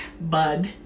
bud